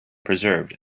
preserved